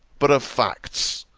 but of facts.